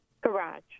Garage